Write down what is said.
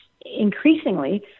Increasingly